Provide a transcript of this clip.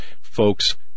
Folks